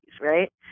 right